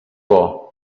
por